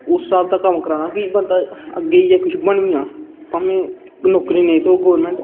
ओस्स स्हाब दा कम्म कराना कि बंदा अग्गै जाइयै कुछ बनी जा भामें नौकरी नेईं थ्होए गौरमैंट